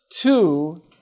two